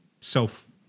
self